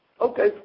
Okay